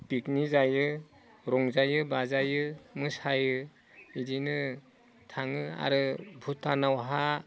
picnic जायो रंजायो बाजायो मोसायो बिदिनो थाङो आरो भुटानावहा